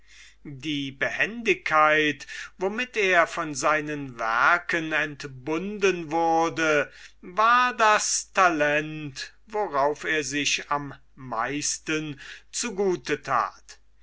die behendigkeit womit er seiner werke entbunden wurde war das talent worauf er sich am meisten zu gute tat